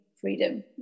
freedom